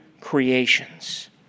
creations